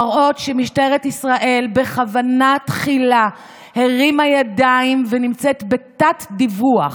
מראות שמשטרת ישראל בכוונה תחילה הרימה ידיים ונמצאת בתת-דיווח,